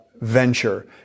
venture